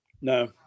No